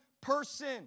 person